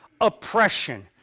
oppression